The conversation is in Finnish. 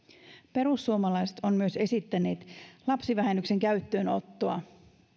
perussuomalaiset ovat myös esittäneet lapsivähennyksen käyttöönottoa